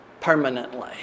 permanently